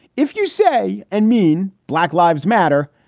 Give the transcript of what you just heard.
if you say and mean black lives matter,